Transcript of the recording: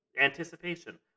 anticipation